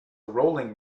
rolling